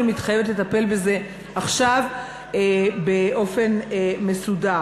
אני מתחייבת לטפל בזה עכשיו באופן מסודר.